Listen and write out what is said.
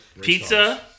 Pizza